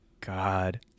God